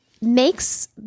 makes